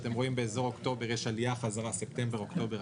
באזור ספטמבר-אוקטובר,